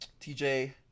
TJ